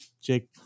Jake